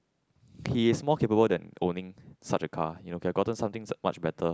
he's more capable than owning such a car you know could have gotten something much better